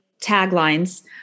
taglines